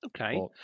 Okay